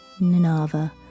Ninava